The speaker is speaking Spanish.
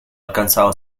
alcanzado